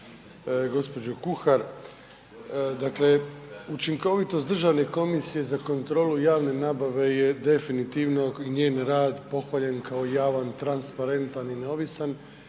Kuhar. Dakle, učinkovitost Državne komisije za kontrolu javne nabave je definitivno i njen rad pohvaljen je kao javan, transparentan i neovisan